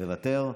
מוותר,